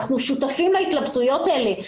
אנחנו שותפים להתלבטויות האלה,